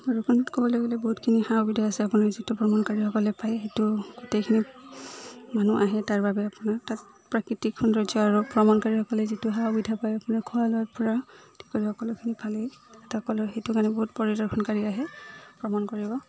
ভৈৰৱকুণ্ডত ক'বলৈ গ'লে বহুতখিনি সা সুবিধা আছে আপোনাৰ যিটো ভ্ৰমণকাৰীসকলে পায় সেইটো গোটেইখিনি মানুহ আহে তাৰ বাবে আপোনাৰ তাত প্ৰাকৃতিক সৌন্দৰ্য আৰু ভ্ৰমণকাৰীসকলে যিটো সা সুবিধা পায় আপোনাৰ খোৱা লোৱাৰপৰা আদি কৰি সকলোখিনি ভালেই সেইটো কাৰণে বহুত পৰিদৰ্শনকাৰী আহে ভ্ৰমণ কৰিব